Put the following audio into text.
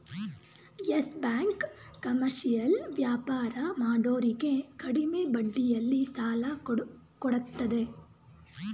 Yes Bank commercial ವ್ಯಾಪಾರ ಮಾಡೋರಿಗೆ ಕಡಿಮೆ ಬಡ್ಡಿಯಲ್ಲಿ ಸಾಲ ಕೊಡತ್ತದೆ